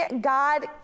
God